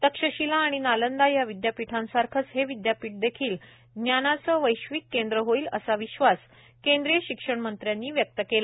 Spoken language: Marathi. तक्षशिला आणि नालंदा या विद्यापीठांसारखे हे विद्यापीठ देखील ज्ञानाचे वैश्विक केंद्र होईल असा विश्वास केंद्रीय शिक्षण मंत्र्यानी व्याक्त केला